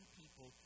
people